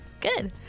Good